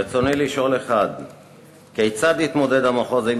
רצוני לשאול: 1. כיצד יתמודד המחוז עם